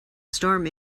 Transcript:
storm